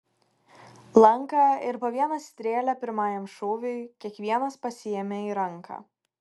lanką ir po vieną strėlę pirmajam šūviui kiekvienas pasiėmė į ranką